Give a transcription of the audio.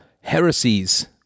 heresies